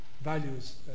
values